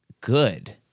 good